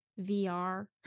VR